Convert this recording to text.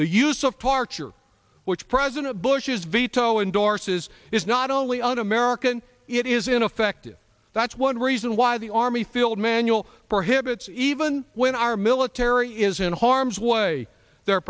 the use of torture which president bush's veto indoor says is not only un american it is ineffective that's one reason why the army field manual prohibits even when our military is in harm's way the